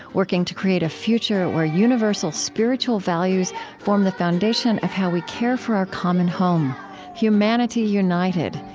working to create a future where universal spiritual values form the foundation of how we care for our common home humanity united,